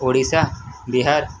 Odisha Bihar